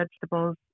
vegetables